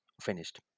finished